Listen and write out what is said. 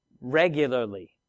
regularly